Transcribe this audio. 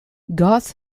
goth